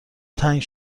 تنگ